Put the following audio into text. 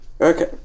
Okay